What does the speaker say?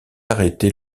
arrêté